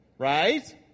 Right